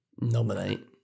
nominate